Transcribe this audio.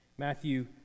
Matthew